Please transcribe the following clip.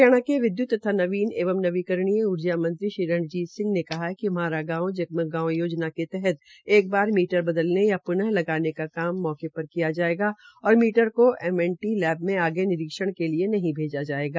हरियाणा के विद्वयुत तथा नवीवन एवं नवीकरणीय ऊर्जा मंत्री श्री रंजीत सिंह ने कहा है कि म्हारा गांव जगमग गांव योजना के तहत एक बार मीटर बदलने का पून लगाने का कार्य मौके पर किया जायेगा और मीटर को एम एंड लैब में आगे निरीक्षण के लिए नहीं भेजा जायेगा